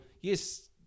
yes